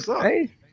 hey